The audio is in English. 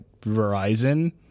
Verizon